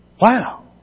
wow